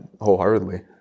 wholeheartedly